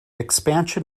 expansion